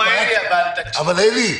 אלי,